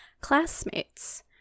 classmates